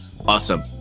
Awesome